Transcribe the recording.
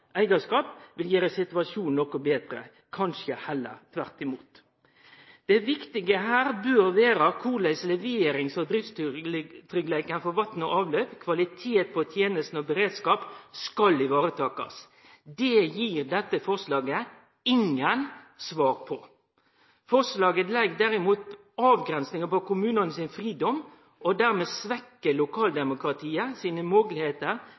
eigarskap, vil gjere situasjonen noko betre, kanskje heller tvert imot. Det viktige her bør vere korleis leverings- og driftstryggleiken når det gjeld vatn og avløp, kvalitet på tenestene og beredskap, skal varetakast. Det gir dette forslaget ingen svar på. Forslaget legg derimot avgrensingar på kommunanes fridom og svekkjer dermed lokaldemokratiet sine